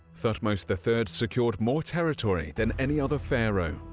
thutmose the third secured more territory than any other pharaoh,